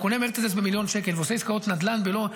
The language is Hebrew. קונה מרצדס ב-1 מיליון שקל ועושה עסקאות נדל"ן בלוד,